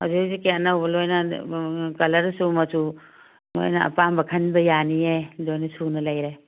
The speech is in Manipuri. ꯍꯧꯖꯤꯛ ꯍꯧꯖꯤꯛꯀꯤ ꯑꯅꯧꯕ ꯂꯣꯏꯅ ꯀꯂꯔꯁꯨ ꯃꯆꯨ ꯅꯣꯏꯅ ꯑꯄꯥꯝꯕ ꯈꯟꯕ ꯌꯥꯅꯤꯌꯦ ꯂꯣꯏꯅ ꯁꯨꯅ ꯂꯩꯔꯦ